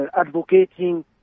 advocating